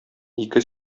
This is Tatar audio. ике